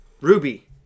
Ruby